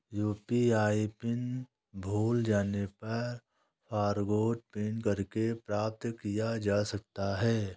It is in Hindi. यू.पी.आई पिन भूल जाने पर फ़ॉरगोट पिन करके प्राप्त किया जा सकता है